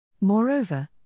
Moreover